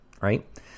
right